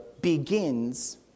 begins